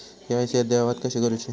KYC अद्ययावत कशी करुची?